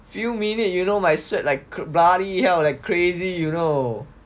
few minute you know my sweat like bloody hell like crazy you know